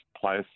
place